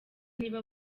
niba